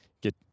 get